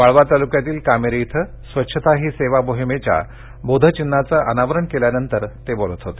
वाळवा तालुक्यातील कामेरी इथं स्वच्छता ही सेवा मोहिमेच्या बोध चिन्हाचं अनावरण केल्यानंतर ते बोलत होते